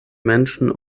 menschen